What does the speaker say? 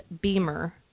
beamer